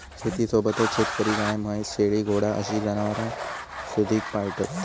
शेतीसोबतच शेतकरी गाय, म्हैस, शेळी, घोडा अशी जनावरांसुधिक पाळतत